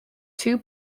two